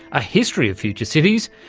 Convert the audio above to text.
a history of future cities,